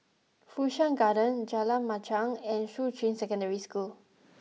Fu Shan Garden Jalan Machang and Shuqun Secondary School